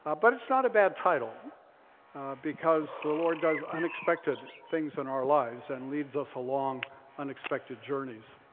ah but it's not a bad title because the lord does unexpected things in our lives and leads us along unexpected journeys.